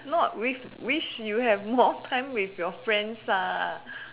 not wish wish you have more time with your friends ah